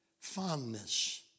fondness